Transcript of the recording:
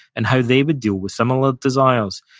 and how they would deal with similar desires,